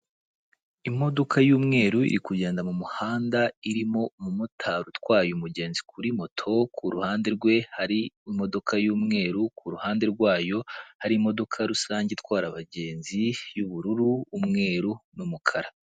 Imodoka y'umweru iri kugenda mu muhanda irimo umumotari utwaye umugenzi kuri moto, ku ruhande rwe hari imodoka y'umweru, ku ruhande rwayo hari imodoka rusange itwara abagenzi y'ubururu, umweru, n'umukara.